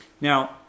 Now